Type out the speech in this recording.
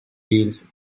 deals